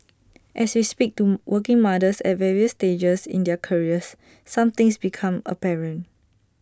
as we speak to working mothers at various stages in their careers some things become apparent